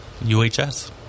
UHS